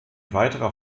weiterer